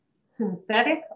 synthetic